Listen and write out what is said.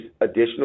additional